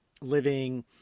living